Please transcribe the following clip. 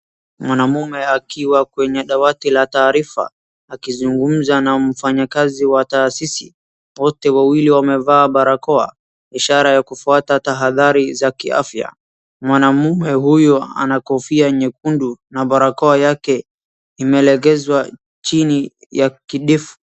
Mwanamume akiwa kwenye dawati la taarifa, akizugumza na mfanyakazi wa taasisi. Wote wawili wamevaa barakoa ishara ya kufuata taadhari za kiafya. Mwanamume huyu ana kofia nyekundu na barakoa yake imelegezwa chini ya kidefu.